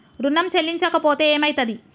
ఋణం చెల్లించకపోతే ఏమయితది?